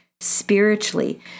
spiritually